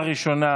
להצבעה,